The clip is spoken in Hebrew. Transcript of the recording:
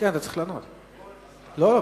נודה לך אם